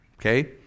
okay